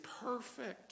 perfect